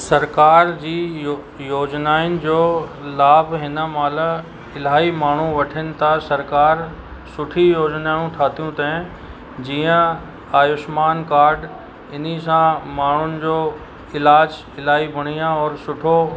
सरकारि जी जो योजिनाइनि जो लाभ हिन महिल इलाही माण्हू वठिन था सरकारि सुठी योजिनाऊं ठातियूं अथेई जीअं आयुष्मान काड इन्हीअ सां माण्हुनि जो इलाजु इलाही बढ़िया और सुठो